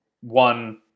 one